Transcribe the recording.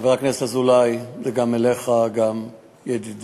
חבר הכנסת אזולאי, זה גם אליך, וגם לידידי